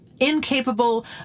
incapable